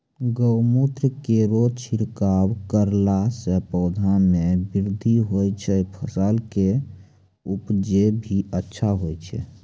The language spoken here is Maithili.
गौमूत्र केरो छिड़काव करला से पौधा मे बृद्धि होय छै फसल के उपजे भी अच्छा होय छै?